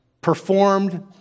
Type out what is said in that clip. performed